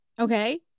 Okay